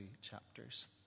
chapters